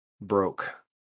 broke